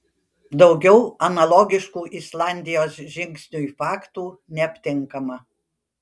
daugiau analogiškų islandijos žingsniui faktų neaptinkama